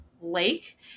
Lake